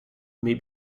may